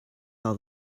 all